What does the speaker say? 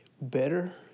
better